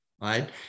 right